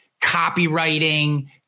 copywriting